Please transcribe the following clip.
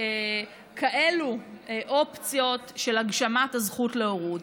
שנותנת כאלו אופציות של הגשמת הזכות להורות.